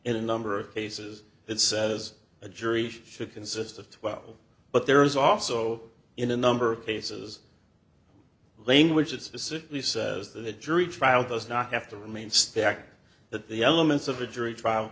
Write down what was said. in a number of cases that says a jury should consist of twelve but there is also in a number of cases language it specifically says that a jury trial does not have to remain stacked that the elements of a jury trial